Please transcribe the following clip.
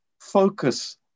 focus